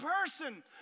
person